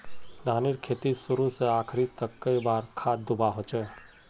धानेर खेतीत शुरू से आखरी तक कई बार खाद दुबा होचए?